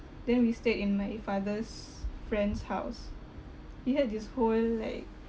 then we stayed in my father's friend's house he had this whole like